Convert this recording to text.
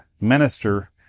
minister